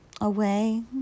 away